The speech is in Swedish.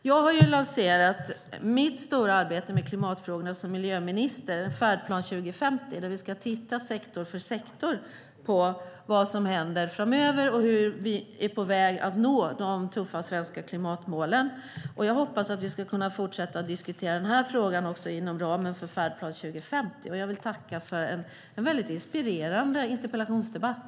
Jag har som miljöminister lanserat mitt stora arbete med klimatfrågorna - Färdplan 2050 - där vi sektor för sektor ska titta på vad som händer framöver och hur vi är på väg att nå de tuffa svenska klimatmålen. Jag hoppas att vi ska kunna fortsätta diskutera denna fråga också inom ramen för Färdplan 2050. Jag vill också tacka för en mycket inspirerande interpellationsdebatt.